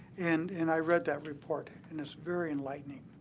and and i read that report, and it's very enlightening.